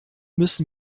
müssen